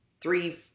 three